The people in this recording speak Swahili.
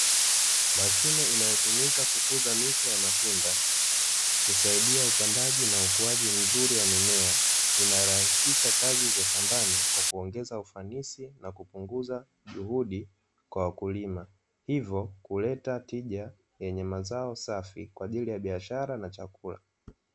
Mashine inayotumika kukuza miche ya matunda kusaidia upandaji na ukuaji mzuri wa mimea inarahisisha kazi za shambani kwa kuongeza ufanisi na kupunguza juhudi kwa wakulima, hivyo kuleta tija yenye mazao safi kwa ajili ya biashara na chakula.